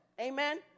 Amen